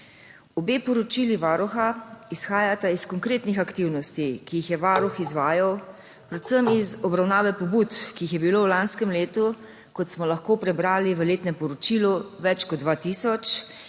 Obe poročili Varuha izhajata iz konkretnih aktivnosti, ki jih je Varuh izvajal, predvsem iz obravnave pobud, ki jih je bilo v lanskem letu, kot smo lahko prebrali v letnem poročilu, več kot 2 tisoč, in